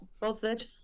bothered